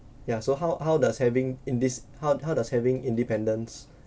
ya so how how does having in this how how does having independence